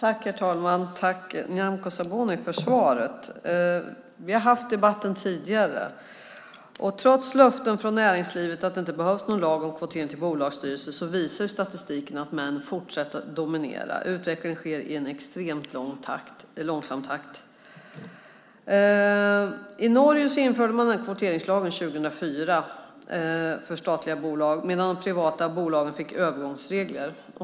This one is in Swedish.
Herr talman! Jag tackar Nyamko Sabuni för svaret. Vi har haft den här debatten tidigare. Trots löften från näringslivet om att det inte behövs någon lag om kvotering till bolagsstyrelser, visar statistiken att män fortsätter att dominera. Utvecklingen sker i en extremt långsam takt. I Norge infördes 2004 en kvoteringslag för statliga bolag, medan de privata bolagen fick övergångsregler.